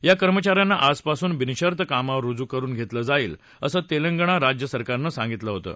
या कर्मचाऱ्यांना आजपासून बिनशर्त कामावर रुजू करुन घेतलं जाईल असं तेलंगण राज्य सरकारनं सांगितलं होतं